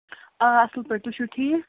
آ اَصٕل پٲٹھۍ تُہۍ چھِو ٹھیٖک